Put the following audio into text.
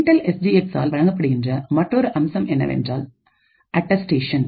Intel S G எக்ஸ்ஆல் வழங்கப்படுகின்ற மற்றொரு அம்சம் என்னவென்றால் அட்டஸ்டேஷன்